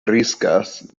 riskas